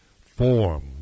form